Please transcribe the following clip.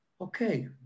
okay